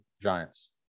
Giants